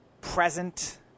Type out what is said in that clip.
present